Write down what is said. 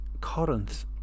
Corinth